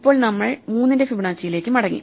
ഇപ്പോൾ നമ്മൾ 3 ന്റെ ഫിബൊനാച്ചിയിലേക്ക് മടങ്ങി